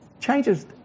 changes